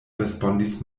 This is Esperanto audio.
respondis